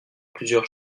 plusieurs